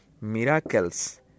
miracles